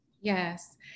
Yes